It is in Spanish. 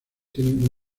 tienen